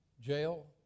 Jail